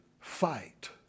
fight